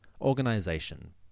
organization